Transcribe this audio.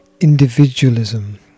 individualism